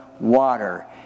water